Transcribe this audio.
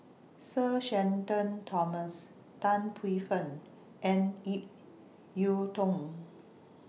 Sir Shenton Thomas Tan Paey Fern and Ip Yiu Tung